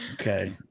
okay